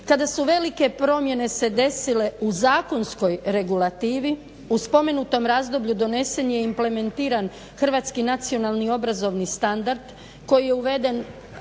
kada su velike promjene se desile u zakonskoj regulativi. U spomenutom razdoblju donesen je i implementiran Hrvatski nacionalni obrazovni standard koji je uveden